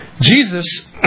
Jesus